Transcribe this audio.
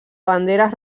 banderes